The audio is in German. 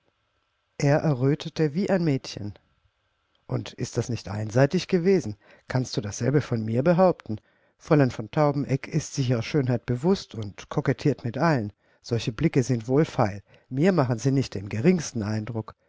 er errötete wie ein mädchen und ist das nicht einseitig gewesen kannst du dasselbe von mir behaupten fräulein von taubeneck ist sich ihrer schönheit bewußt und kokettiert mit allen solche blicke sind wohlfeil mir machen sie nicht den geringsten eindruck